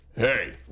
Hey